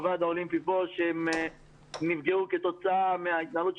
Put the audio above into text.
כמו הוועד האולימפי, שנפגעו מהקורונה.